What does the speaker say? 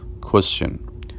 question